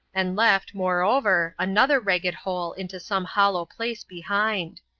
and left, moreover, another ragged hole into some hollow place behind.